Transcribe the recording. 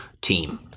team